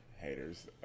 Haters